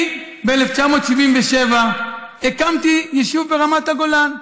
אני ב-1977 הקמתי יישוב ברמת הגולן.